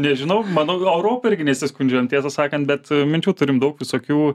nežinau manau europa irgi nesiskundžiam tiesą sakant bet minčių turim daug visokių